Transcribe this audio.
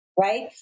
right